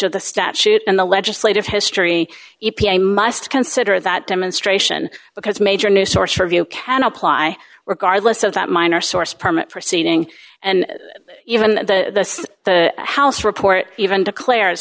of the statute and the legislative history e p a must consider that demonstration because major new source review can apply regardless of that minor source permit proceeding and even the house report even declares